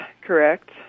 Correct